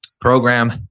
program